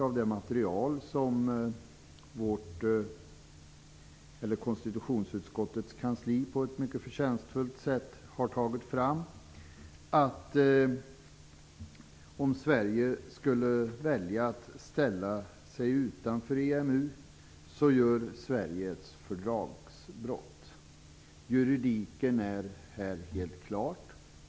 Av det material som konstitutionsutskottets kansli på ett mycket förtjänstfullt sätt har tagit fram framgår det emellertid utomordentligt tydligt att Sverige gör sig skyldigt till ett fördragsbrott om Sverige väljer att ställa sig utanför EMU. Juridiken är här helt klar.